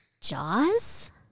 Jaws